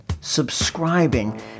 subscribing